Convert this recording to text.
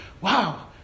wow